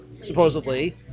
supposedly